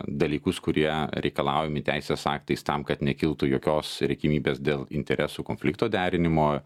dalykus kurie reikalaujami teisės aktais tam kad nekiltų jokios regimybės dėl interesų konflikto derinimo